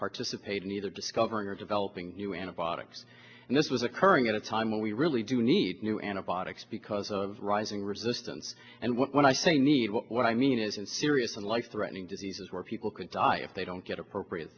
participate in either discovering or developing new antibiotics and this was occurring at a time when we really do need new antibiotics because of rising resistance and when i say need well what i mean is in serious and life threatening diseases where people could die if they don't get appropriate